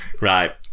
Right